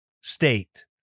State